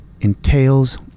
entails